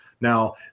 Now